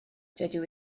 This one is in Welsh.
dydw